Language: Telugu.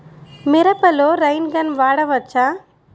మిరపలో రైన్ గన్ వాడవచ్చా?